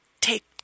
take